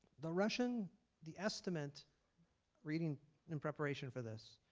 the russian the estimate reading in preparation for this,